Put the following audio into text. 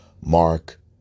Mark